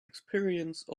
experience